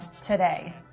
today